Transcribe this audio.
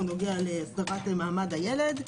או נוגע להסדרת מעמד הילד,